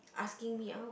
asking me out